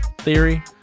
theory